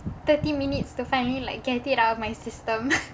thirty minutes to finally like get it out of my system